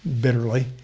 bitterly